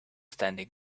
standing